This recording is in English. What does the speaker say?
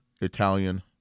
Italian